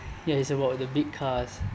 ya it's about the big cars